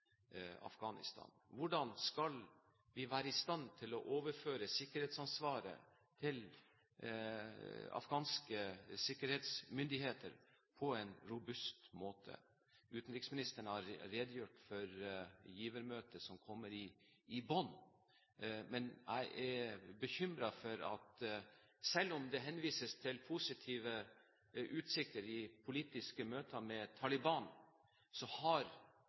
Hvordan skal vi være i stand til å overføre sikkerhetsansvaret til afghanske sikkerhetsmyndigheter på en robust måte? Utenriksministeren har redegjort for givermøtet som var i Bonn, men jeg er bekymret for at selv om det henvises til positive utsikter i politiske møter med Taliban, har